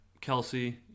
Kelsey